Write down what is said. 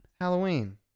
Halloween